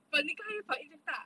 but then 你刚才反应这样大